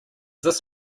this